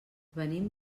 venim